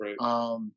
Right